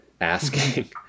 asking